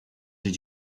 did